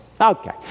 Okay